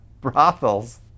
brothels